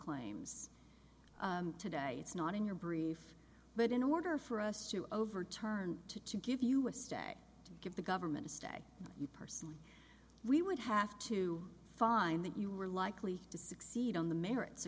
claims today it's not in your brief but in order for us to overturn to to give you a stay to give the government a stay you personally we would have to find that you were likely to succeed on the merits